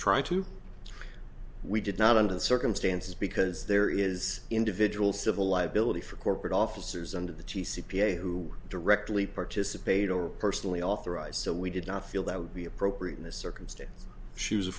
trying to we did not under the circumstances because there is individual civil liability for corporate officers under the t c p who directly participated or personally authorized so we did not feel that would be appropriate in this circumstance she was a